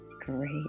Great